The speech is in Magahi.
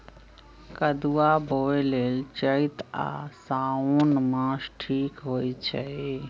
कदुआ बोए लेल चइत आ साओन मास ठीक होई छइ